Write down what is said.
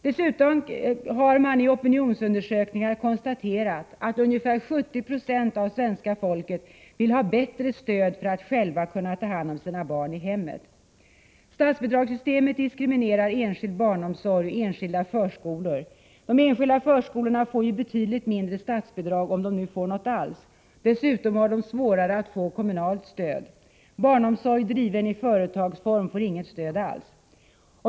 Dessutom har man i opinionsundersökningar konstaterat att ungefär 70 Zo av svenska folket vill ha bättre stöd för att själva kunna ta hand om sina barn i hemmet. Statsbidragssystemet diskriminerar den enskilda barnomsorgen och de enskilda förskolorna. De enskilda förskolorna får betydligt lägre statsbidrag, om de nu får något alls. Dessutom har de svårare att få kommunalt stöd. Barnomsorg driven i företagsform får inget stöd alls.